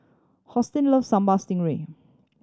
Hosteen love Sambal Stingray